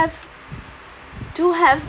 have to have